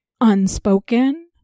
unspoken